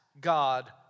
God